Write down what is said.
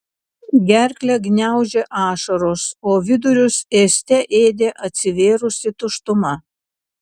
gerklę gniaužė ašaros o vidurius ėste ėdė atsivėrusi tuštuma